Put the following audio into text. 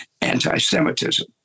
anti-Semitism